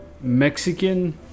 Mexican